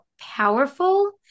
powerful